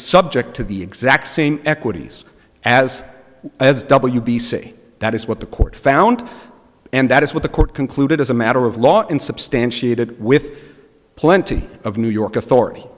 subject to the exact same equities as as w b c that is what the court found and that is what the court concluded as a matter of law and substantiated with plenty of new york authority